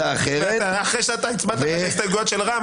אחרי שהצבעת בעד ההסתייגויות של רע"מ,